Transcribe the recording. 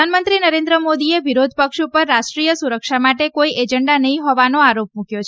પ્રધાનમંત્રી નરેન્દ્ર મોદીએ વિરોધપક્ષ ઉપર રાષ્ટ્રીય સુરક્ષા માટે કોઇ એજન્ડા નહીં હોવાનો આરોપ મૂક્યો છે